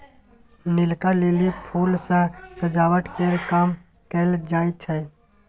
नीलका lily फुल सँ सजावट केर काम कएल जाई छै